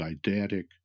didactic